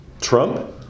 Trump